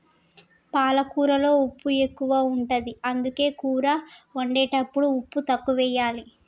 పాలకూరలో ఉప్పు ఎక్కువ ఉంటది, అందుకే కూర వండేటప్పుడు ఉప్పు తక్కువెయ్యాలి